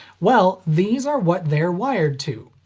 well, these are what they're wired to.